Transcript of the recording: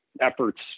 efforts